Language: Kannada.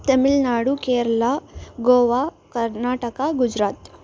ತಮಿಳುನಾಡು ಕೇರಳ ಗೋವಾ ಕರ್ನಾಟಕ ಗುಜರಾತ್